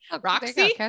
Roxy